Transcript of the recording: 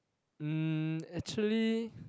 mm actually